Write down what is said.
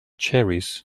cherries